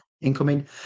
incoming